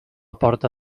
porta